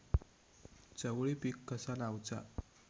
चवळी पीक कसा लावचा?